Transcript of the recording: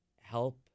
help